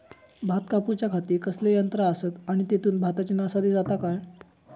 भात कापूच्या खाती कसले यांत्रा आसत आणि तेतुत भाताची नाशादी जाता काय?